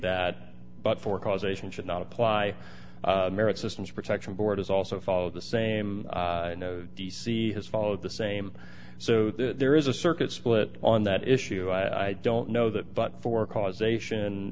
that but for causation should not apply merit systems protection board is also follow the same d c has followed the same so there is a circuit split on that issue i don't know that but for causation